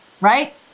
right